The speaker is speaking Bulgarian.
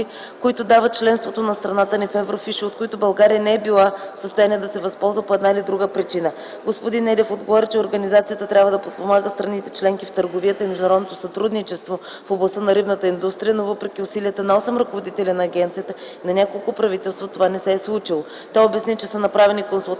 които дава членството на страната ни в Еврофиш, от които България не е била в състояние да се възползва по една или друга причина. Господин Недев отговори, че организацията трябва да подпомага страните членки в търговията и международното сътрудничество в областта на рибната индустрия, но въпреки усилията на осем ръководители на агенцията и на няколко правителства това не се е случило. Той обясни, че са направени консултации